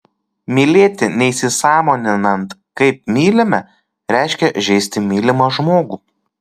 mylėti neįsisąmoninant kaip mylime reiškia žeisti mylimą žmogų